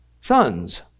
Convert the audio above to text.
sons